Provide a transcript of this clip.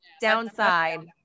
Downside